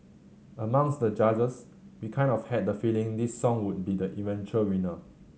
amongst the judges we kind of had the feeling this song would be the eventual winner